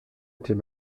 était